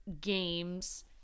games